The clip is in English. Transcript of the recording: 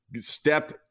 step